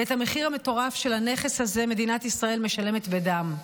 את המחיר המטורף של הנכס הזה מדינת ישראל משלמת בדם.